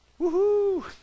Woohoo